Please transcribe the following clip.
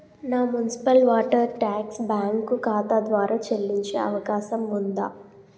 నా municipal water tax bank ఖాతా ద్వారా చెల్లించే అవకాశం ఉందా?